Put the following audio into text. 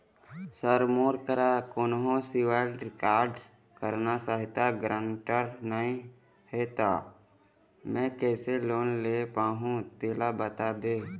sir मोर करा कोन्हो सिविल रिकॉर्ड करना सहायता गारंटर नई हे ता मे किसे लोन ले पाहुं तेला बता दे